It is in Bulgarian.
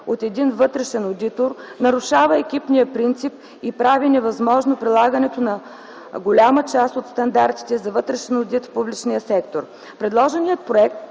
от един вътрешен одитор нарушава екипния принцип и прави невъзможно прилагането на голяма част от стандартите за вътрешен одит в публичния сектор. Предложеният проект